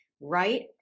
right